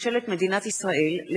התשע”ב 2011,